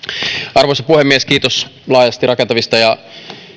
arvoisa puhemies kiitos laajasti rakentavista ja